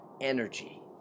energy